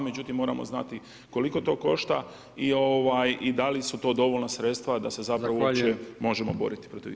Međutim, moramo znati koliko to košta i da li su to dovoljna sredstva da se zapravo uopće možemo boriti protiv toga.